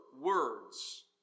words